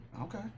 Okay